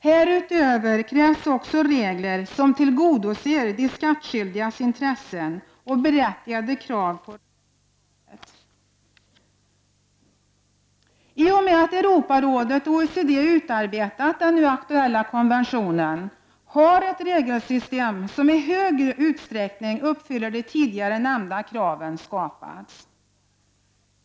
Härutöver krävs också regler som tillgodoser de skattskyldigas intressen och berättigade krav på rättssäkerhet. I och med att Europarådet och OECD utarbetat den nu aktuella konventionen har ett regelsystem som i stor utsträckning uppfyller de tidigare nämnda kraven skapats.